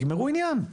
תגמרו עניין,